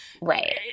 Right